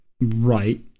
right